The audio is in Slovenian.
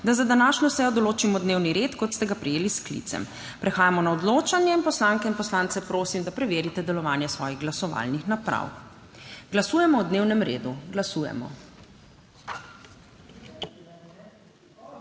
da za današnjo sejo določimo dnevni red, kot ste ga prejeli s sklicem. Prehajamo na odločanje. Poslanke in poslance prosim, da preverite delovanje svojih glasovalnih naprav. Glasujemo. / oglašanje